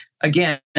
again